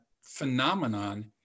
phenomenon